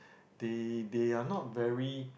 they they are not very